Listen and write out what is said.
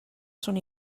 són